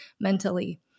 mentally